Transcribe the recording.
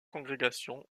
congrégation